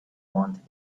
wanted